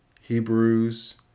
Hebrews